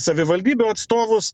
savivaldybių atstovus